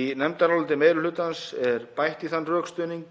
Í nefndaráliti meiri hlutans er bætt í þann rökstuðning,